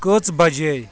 کٔژ بجے